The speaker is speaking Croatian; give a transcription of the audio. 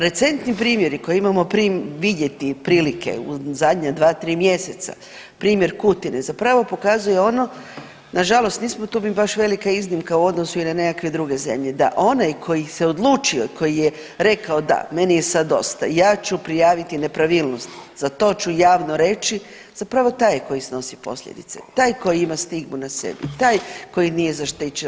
Recentni primjeri koje imamo vidjeti prilike u zadnja dva, tri mjeseca primjer Kutine zapravo pokazuje ono, na žalost nismo mi tu baš velika iznimka i u odnosu na nekakve druge zemlje, da onaj koji se odlučio i koji je rekao da, meni je sad dosta, ja ću prijaviti nepravilnost, za to ću javno reći zapravo taj je koji snosi posljedice, taj koji ima stigmu na sebi, taj koji nije zaštićen.